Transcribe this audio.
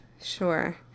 Sure